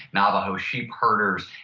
navajo sheep herders,